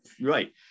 right